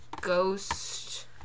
Ghost